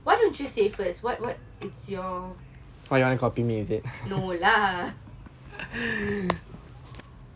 why don't you say first what what is your no lah